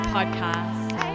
Podcast